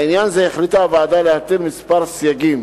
לעניין זה החליטה הוועדה להטיל כמה סייגים: